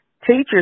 teachers